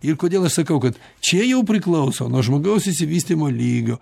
ir kodėl aš sakau kad čia jau priklauso nuo žmogaus išsivystymo lygio